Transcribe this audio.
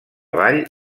vall